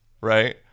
right